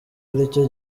aricyo